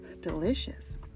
delicious